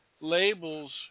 labels